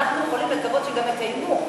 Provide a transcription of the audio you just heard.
אנחנו יכולים לקוות שגם יקיימו,